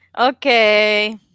Okay